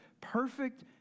perfect